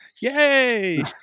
Yay